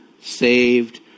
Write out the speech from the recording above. saved